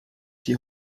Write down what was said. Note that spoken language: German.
die